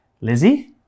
Lizzie